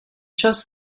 just